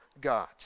god